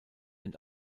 and